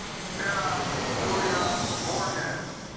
sarah julia morgan